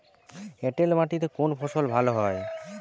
এঁটেল মাটিতে কোন ফসল ভালো হয়?